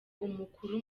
umukuru